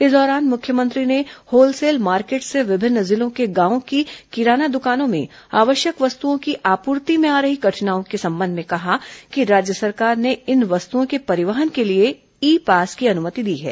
इस दौरान मुख्यमंत्री ने होलसेल मार्केट से विभिन्न जिलों के गांवों की किराना दुकानों में आवश्यक वस्तुओं की आपूर्ति में आ रही कठिनाई के संबंध में कहा कि राज्य सरकार ने इन वस्तुओं के परिवहन के लिए ई पास की अनुमति दी है